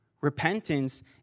Repentance